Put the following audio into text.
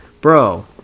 Bro